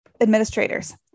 administrators